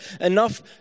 enough